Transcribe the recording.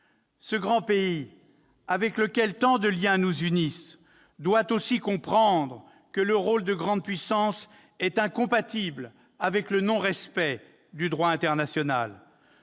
Ce grand pays, auquel tant de liens nous unissent, doit comprendre que le rôle de grande puissance est incompatible avec le non-respect du droit international.